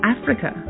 Africa